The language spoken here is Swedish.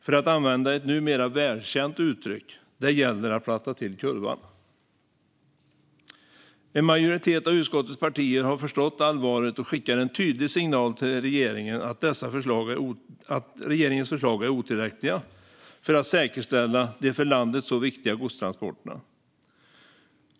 För att använda ett numera välkänt uttryck: Det gäller att platta till kurvan. En majoritet av utskottets partier har förstått allvaret och skickar en tydlig signal till regeringen om att regeringens förslag är otillräckliga för att säkerställa de för landet så viktiga godstransporterna.